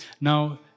Now